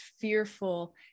fearful